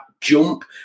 jump